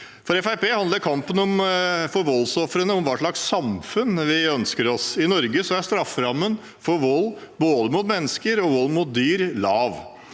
handler kampen for voldsofrene om hva slags samfunn vi ønsker oss. I Norge er strafferammen for både vold mot mennesker og vold